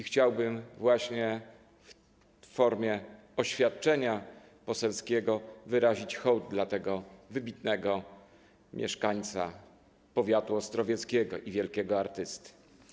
Chciałbym właśnie w formie oświadczenia poselskiego wyrazić hołd dla tego wybitnego mieszkańca powiatu ostrowieckiego i wielkiego artysty.